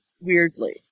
weirdly